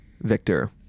Victor